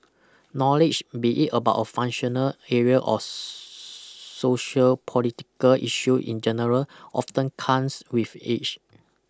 knowledge be it about a functional area or sociopolitical issue in general often comes with age